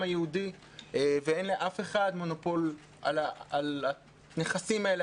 היהודי ואין לאף אחד מונופול על הנכסים האלה,